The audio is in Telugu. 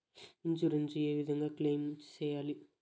ఇన్సూరెన్సు ఏ విధంగా క్లెయిమ్ సేయాలి?